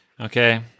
okay